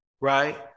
right